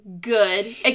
good